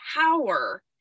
power